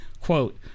Quote